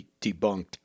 debunked